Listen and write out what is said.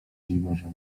dziwożona